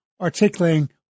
articulating